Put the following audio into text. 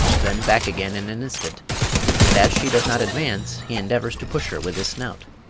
then back again in an instant and as she does not advance he endeavours to push her with his snout,